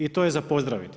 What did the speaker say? I to je za pozdraviti.